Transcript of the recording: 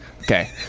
Okay